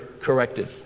corrected